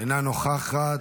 אינה נוכחת,